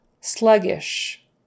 Sluggish